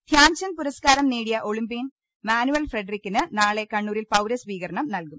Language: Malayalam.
ധ്യാൻചന്ദ് പുരസ്കാരം നേടിയ ഒളിമ്പ്യപ്യൻ മാനുവൽ ഫെഡറിക്കിന് നാളെ കണ്ണൂരിൽ പൌരസ്വീകരണം നൽകും